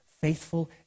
faithful